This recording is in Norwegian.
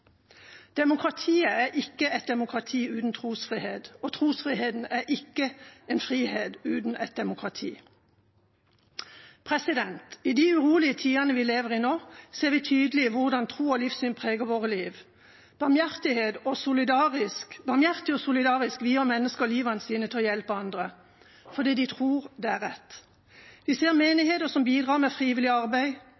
Demokratiet er ikke et demokrati uten trosfrihet, og trosfriheten er ikke en frihet uten et demokrati. I de urolige tidene vi lever i nå, ser vi tydelig hvordan tro og livssyn preger våre liv. Barmhjertig og solidarisk vier mennesker livet sitt til å hjelpe andre fordi de tror det er rett. Vi ser